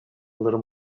little